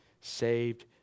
saved